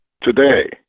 today